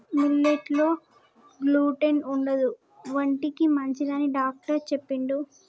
millet లో gluten ఉండదు ఒంటికి మంచిదని డాక్టర్ చెప్పిండు